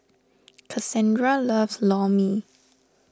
Kassandra loves Lor Mee